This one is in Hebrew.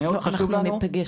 עוד לא, אנחנו נפגש.